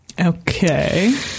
Okay